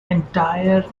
entire